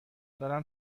دارم